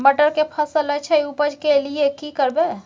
मटर के फसल अछि उपज के लिये की करबै?